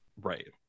Right